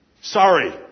Sorry